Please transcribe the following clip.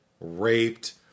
raped